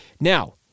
Now